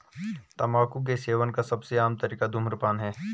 तम्बाकू के सेवन का सबसे आम तरीका धूम्रपान है